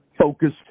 focused